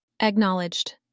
Acknowledged